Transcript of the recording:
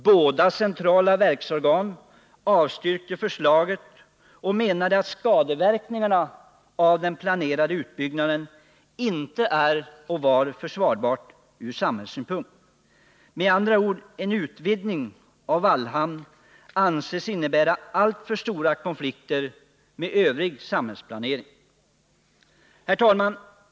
Båda dessa centrala organ avstyrkte förslaget och menade att skadeverkningarna av den planerade utbyggnaden inte är försvarbara ur samhällssynpunkt. Med andra ord, en utvidgning av Vallhamn anses innebära alltför stora konflikter med övrig samhällsplanering. Herr talman!